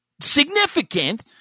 significant